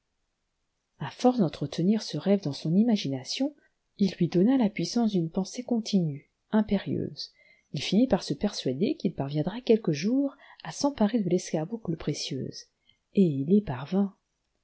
a force d'entretenir ce rêve dans son imagina tion il lui donna la puissance d'une pensée continue impérieuse il finit par se persuader qu'il parviendrait quelque jour à s'emparer de l'escarboucle précieuse et il y